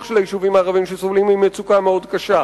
של היישובים הערביים שסובלים ממצוקה מאוד קשה,